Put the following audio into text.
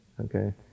Okay